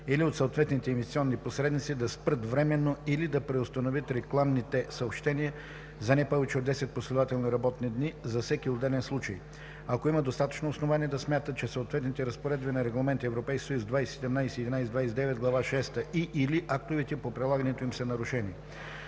или от съответните инвестиционни посредници да спрат временно или да преустановят рекламните съобщения за не повече от 10 последователни работни дни за всеки отделен случай, ако има достатъчно основания да смята, че съответните разпоредби на Регламент (ЕС) 2017/1129, глава шеста и/или актовете по прилагането им са нарушени;